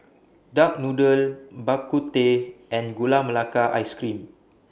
Duck Noodle Bak Kut Teh and Gula Melaka Ice Cream